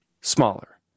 smaller